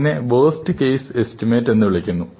ഇതിനെ ഒരു worst case estimate എന്ന് വിളിക്കുന്നു